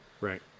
Right